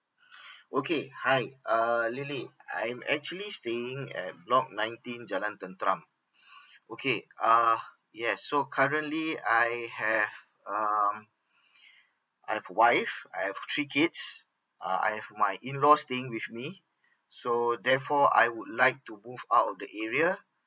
okay hi uh lily I'm actually staying at block nineteen jalan tenteram okay uh yes so currently I have um I've wife I've three kids uh I've my in laws staying with me so therefore I would like to move out of the area